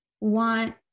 want